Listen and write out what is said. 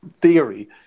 theory